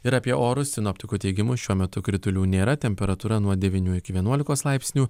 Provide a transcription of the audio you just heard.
ir apie orus sinoptikų teigimu šiuo metu kritulių nėra temperatūra nuo devynių iki vienuolikos laipsnių